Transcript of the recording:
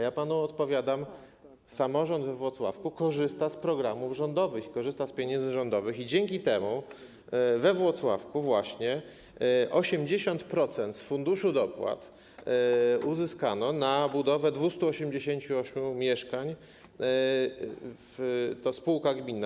Ja panu odpowiadam: samorząd we Włocławku korzysta z programów rządowych, korzysta z pieniędzy rządowych i dzięki temu we Włocławku właśnie 80% z funduszy dopłat uzyskano na budowę 288 mieszkań, dostała to spółka gminna.